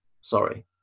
sorry